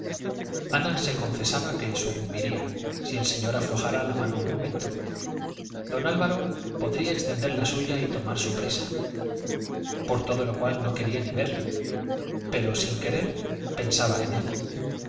ana se confesaba que sucumbiría si el señor aflojara la mano un momento don álvaro podría extender la suya y tomar su presa por todo lo cual no quería ni verle pero sin querer pensaba en él